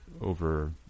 over